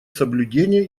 соблюдения